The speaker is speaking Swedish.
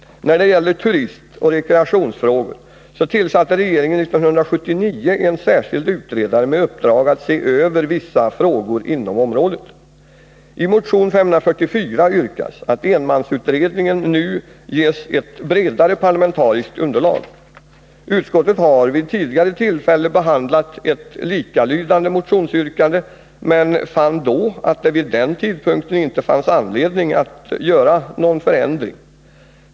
När det gäller turistoch rekreationsfrågor, så tillsatte regeringen 1979 en särskild utredare med uppdrag att se över vissa frågor inom området. I motion 544 yrkas att enmansutredningen nu ges ett bredare parlamentariskt underlag. Utskottet har vid tidigare tillfälle behandlat ett likalydande motionsyrkande men fann då att det vid den tidpunkten inte fanns anledning att göra någon förändring.